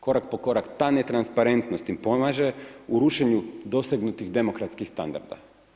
Korak po korak ta ne transparentnost im pomaže u rušenju dostignutih demografskih standarda.